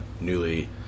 newly